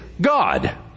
God